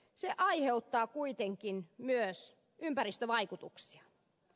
se aiheuttaa kuitenkin myös ympäristövaikutuksia